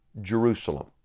Jerusalem